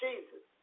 Jesus